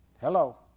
Hello